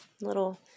little